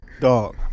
Dog